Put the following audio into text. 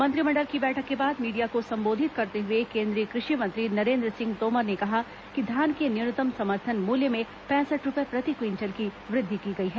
मंत्रिमंडल की बैठक के बाद मीडिया को संबोधित करते हुए केंद्रीय कृषि मंत्री नरेंद्र सिंह तोमर ने कहा कि धान के न्यूनतम समर्थन मूल्य में पैंसठ रुपये प्रति क्विंटल की वृद्धि की गई है